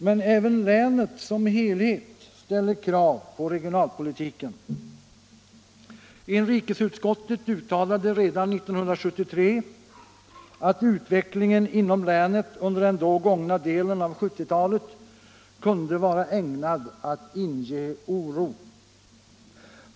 Men även länet som helhet ställer krav på regionalpolitiken. Inrikesutskottet uttalade redan 1973 att utvecklingen inom länet under den då gångna delen av 1970-talet kunde vara ägnad att inge oro.